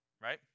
Right